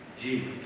Jesus